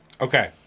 Okay